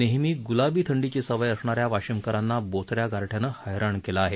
नेहमी गुलाबी थंडीची सवय असणाऱ्या वाशिमकरांना बोचऱ्या गारठयानं हैराण केलं आहे